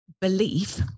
belief